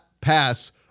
pass